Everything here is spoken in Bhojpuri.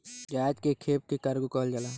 जहाज के खेप के कार्गो कहल जाला